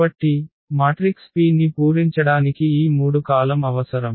కాబట్టి matrix P ని పూరించడానికి ఈ 3 కాలమ్ అవసరం